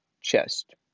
chest